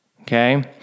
okay